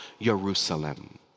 Jerusalem